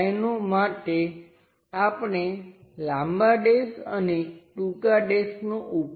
તેથી કદાચ તે આ રીતે આગળ વધે છે અને તે કંઈક આ પ્રકારનો ઓબ્જેક્ટ છે જેનો આપણે કટ સાથેનાં બે લેગ જોઈ શકીશું